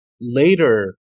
later